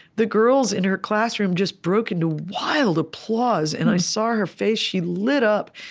the girls in her classroom just broke into wild applause. and i saw her face. she lit up.